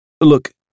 Look